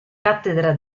cattedra